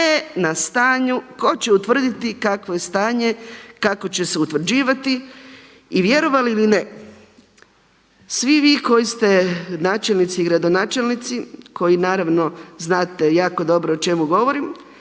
na stanju ko će utvrditi kakvo je stanje, kako će se utvrđivati i vjerovali ili ne svi vi koji ste načelnici i gradonačelnici koji naravno znate jako dobro o čemu govorim